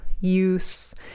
use